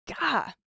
God